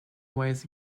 ways